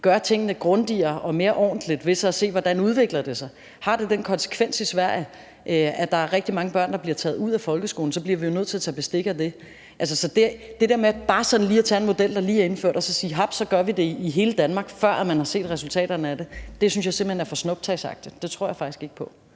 gøre tingene grundigere og mere ordentligt ved at se på, hvordan det udvikler sig. Har det den konsekvens i Sverige, at der er rigtig mange børn, der bliver taget ud af folkeskolen, så bliver vi jo nødt til at tage bestik af det. Så det der med sådan bare at tage en model, der lige er indført, og sige, at haps, det gør vi i hele Danmark, før man har set resultaterne af det, synes jeg simpelt hen er for snuptagsagtigt, og det tror jeg faktisk ikke på.